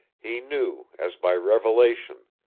he knew, as by revelation,